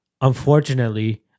unfortunately